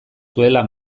zuela